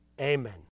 Amen